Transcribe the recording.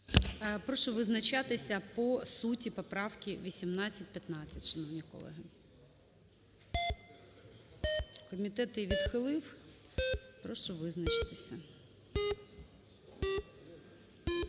Прошу визначатися по суті поправки 1815, шановні колеги. Комітет її відхилив. Прошу визначитися.